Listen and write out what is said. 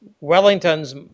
Wellington's